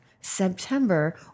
September